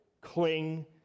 cling